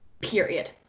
Period